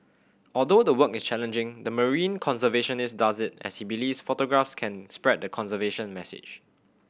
although the work is challenging the marine conservationist does it as he believes photographs can spread the conservation message